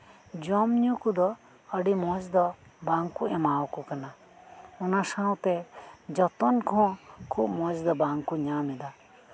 ᱡᱚᱢ ᱧᱩ ᱠᱚᱫᱚ ᱟᱹᱰᱤ ᱢᱚᱸᱡᱽ ᱫᱚ ᱵᱟᱝ ᱠᱚ ᱮᱢᱟ ᱠᱚ ᱠᱟᱱᱟ ᱚᱱᱟ ᱥᱟᱶᱛᱮ ᱡᱚᱛᱚᱱ ᱠᱚᱸᱦᱚ ᱠᱷᱩᱵᱽ ᱢᱚᱸᱡᱽ ᱫᱚ ᱵᱟᱝ ᱠᱚ ᱧᱟᱢᱮᱫᱟ